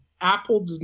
Apple